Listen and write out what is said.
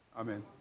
Amen